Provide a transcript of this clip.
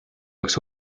peaks